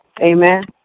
Amen